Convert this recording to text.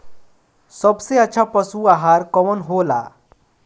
सबसे अच्छा पशु आहार कवन हो ला?